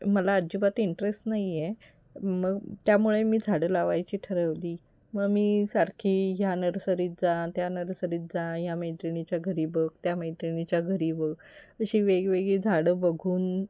मला अजिबात इंटरेस्ट नाही आहे मग त्यामुळे मी झाडं लावायची ठरवली मग मी सारखी ह्या नर्सरीत जा त्या नर्सरीत जा या मैत्रिणीच्या घरी बघ त्या मैत्रिणीच्या घरी बघ अशी वेगवेगळी झाडं बघून